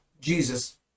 Jesus